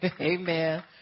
amen